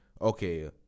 okay